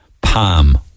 palm